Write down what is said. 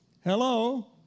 Hello